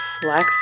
flex